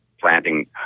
planting